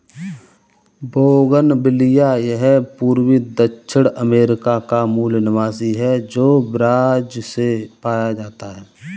bougainvillea यह पूर्वी दक्षिण अमेरिका का मूल निवासी है, जो ब्राज़ से पाया जाता है